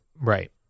Right